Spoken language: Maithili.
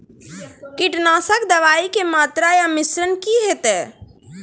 कीटनासक दवाई के मात्रा या मिश्रण की हेते?